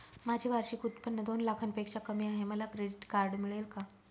माझे वार्षिक उत्त्पन्न दोन लाखांपेक्षा कमी आहे, मला क्रेडिट कार्ड मिळेल का?